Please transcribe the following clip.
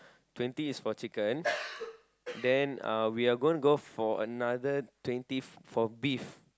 twenty is for chicken then we are going for another twenty for beef